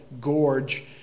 gorge